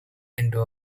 into